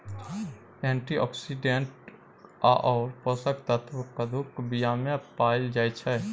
antioxidant आओर पोषक तत्व कद्दूक बीयामे पाओल जाइत छै